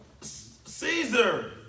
Caesar